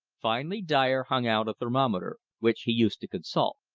finally dyer hung out a thermometer, which he used to consult.